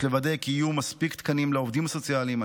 יש לוודא כי יהיו מספיק תקנים לעובדים סוציאליים,